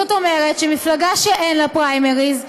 שמפלגה שאין לה פריימריז,